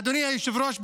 אדוני היושב-ראש,